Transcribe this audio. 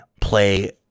play